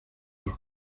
los